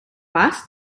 вас